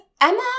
Emma